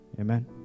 Amen